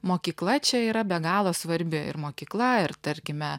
mokykla čia yra be galo svarbi ir mokykla ir tarkime